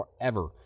forever